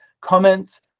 comments